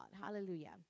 Hallelujah